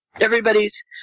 everybody's